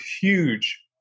huge